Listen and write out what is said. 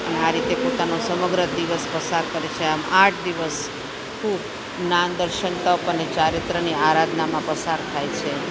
અને આ રીતે પોતાનું સમગ્ર દિવસ પસાર કરે છે આમ આઠ દિવસ ખૂબ જ્ઞાન દર્શન તપ અને ચારિત્ર્યની આરાધનામાં પસાર થાય છે